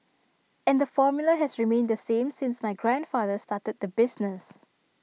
and the formula has remained the same since my grandfather started the business